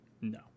No